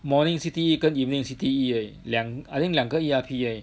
morning C_T_E 跟 evening C_T_E 而已两 I think 两个 E_R_P 而已